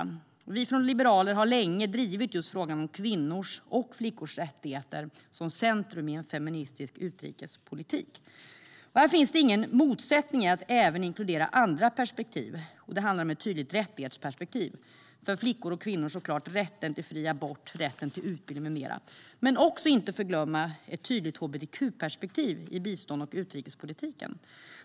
Vi från Liberalerna har länge drivit just frågan om kvinnors och flickors rättigheter som centrum i en feministisk utrikespolitik. Det finns ingen motsättning i att inkludera även andra perspektiv. Det handlar om ett tydligt rättighetsperspektiv, för flickor och kvinnor såklart rätten till fri abort, rätten till utbildning med mera. Man får inte heller förglömma ett tydligt hbtq-perspektiv i biståndet och utrikespolitiken.